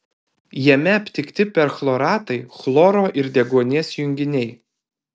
jame aptikti perchloratai chloro ir deguonies junginiai